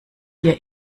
hier